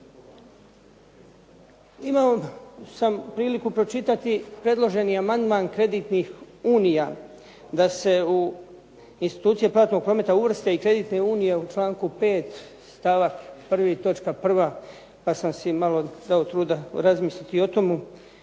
Imao sam priliku pročitati predloženi amandman kreditnih unija da se u institucije platnog prometa uvrste i kreditne unije u članku 5. stavak 1., točka 1. pa sam si malo dao truda razmisliti i o tomu